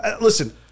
Listen